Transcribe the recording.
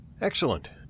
Excellent